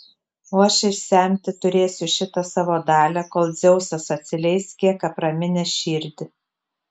o aš išsemti turėsiu šitą savo dalią kol dzeusas atsileis kiek apraminęs širdį